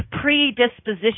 predisposition